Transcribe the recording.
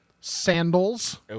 sandals